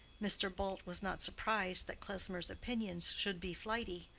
mr. bult was not surprised that klesmer's opinions should be flighty,